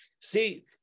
see